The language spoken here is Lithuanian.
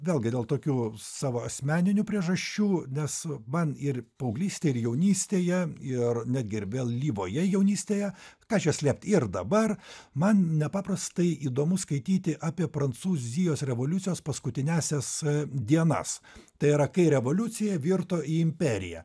vėlgi dėl tokių savo asmeninių priežasčių nes man ir paauglystėj ir jaunystėje ir netgi ir vėlyvoje jaunystėje ką čia slėpti ir dabar man nepaprastai įdomu skaityti apie prancūzijos revoliucijos paskutiniąsias dienas tai yra kai revoliucija virto į imperiją